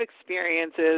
experiences